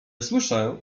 słyszę